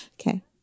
Okay